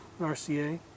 RCA